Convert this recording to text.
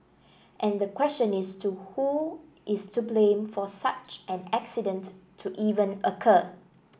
and the question is to who is to blame for such an accident to even occur